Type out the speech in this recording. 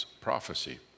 prophecy